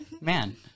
man